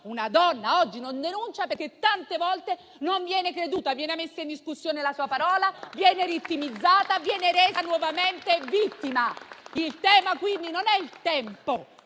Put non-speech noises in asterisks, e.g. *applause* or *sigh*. una donna oggi non denuncia perché tante volte non viene creduta, perché viene messa in discussione la sua parola, perché viene vittimizzata e resa nuovamente vittima. *applause* Il tema quindi non è il tempo.